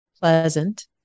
pleasant